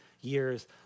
years